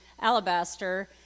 Alabaster